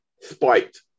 spiked